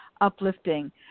uplifting